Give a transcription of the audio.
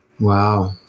Wow